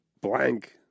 blank